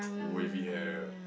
wavy hair